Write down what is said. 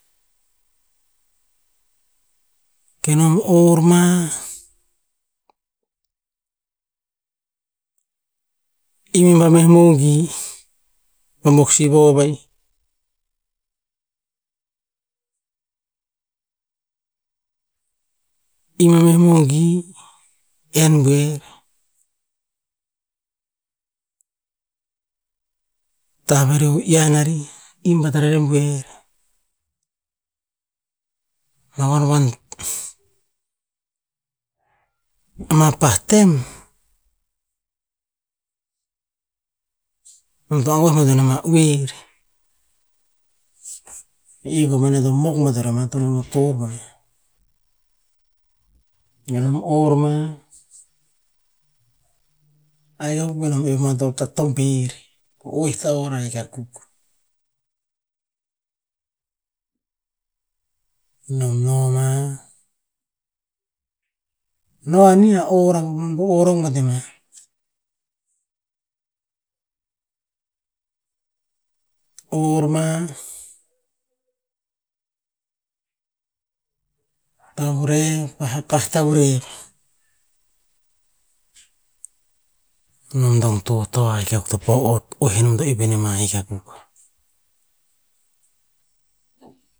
Kenom or ma, im en pa meh mongi, va buok sivoh va'ih. Im a meh mongi, enn buer, tah vari a iyan ari im bata rereh buer. Ma wanwan, ma pah tem, nom to angue bat rer ama oer, i ko o maneh to mok bat rer tonuno torr boneh. Enom ohr ma, ahik akuk benom ep ma ta touber o oeh ta'orr, ahik akuk. Enom noma, no anih a ohr akuk, nom to ohr akuk batnem, ohr ma. Taurev, ta pah taurev, nom dong totoa ahik akuk to pah oeh enom to ep ema, ahik akuk.